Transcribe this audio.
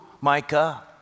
Micah